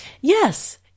yes